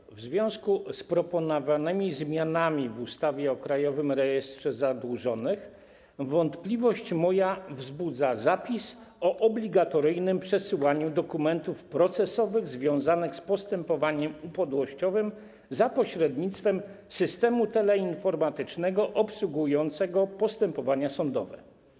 Jeśli chodzi o proponowane zmiany w ustawie o Krajowym Rejestrze Zadłużonych, moją wątpliwość wzbudza zapis o obligatoryjnym przesyłaniu dokumentów procesowych związanych z postępowaniem upadłościowym za pośrednictwem systemu teleinformatycznego obsługującego postępowania sądowe.